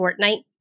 Fortnite